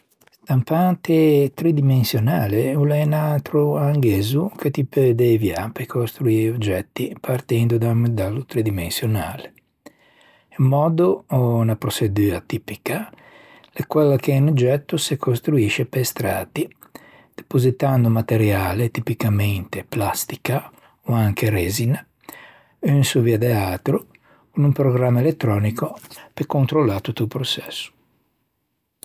Stampante tridimensionale o l'é un atro angæzo che ti peu deuviâ pe costruî oggetti partindo da un modello tridimensionale. Un mòddo o unna proçedua tipica l'é quella che un oggetto se costruisce pe strati, depositando materiale, tipicamente plastica, ò anche resina, un sovia de l'atro con un programma elettrònico pe controllâ tutto o proçesso.